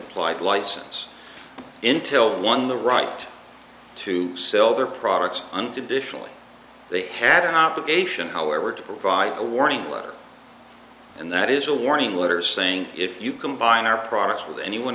pplied license intil won the right to sell their products unconditionally they have an obligation however to provide a warning letter and that is a warning letter saying if you combine our products with anyone